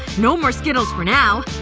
no more skittles for now